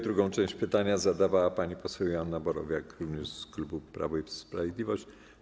Drugą część pytania zadawała pani poseł Joanna Borowiak, również z klubu Prawo i Sprawiedliwość.